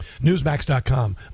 Newsmax.com